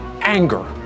anger